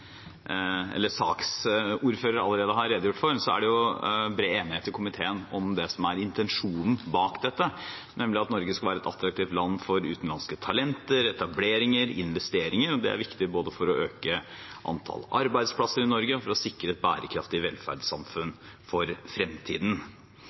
bred enighet i komiteen om det som er intensjonen bak dette, nemlig at Norge skal være et attraktivt land for utenlandske talenter, etableringer og investeringer. Det er viktig både for å øke antall arbeidsplasser i Norge og for å sikre et bærekraftig velferdssamfunn